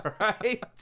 right